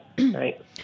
right